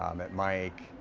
um met mike,